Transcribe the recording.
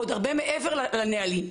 עוד הרבה מעבר לנהלים,